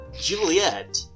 Juliet